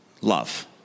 love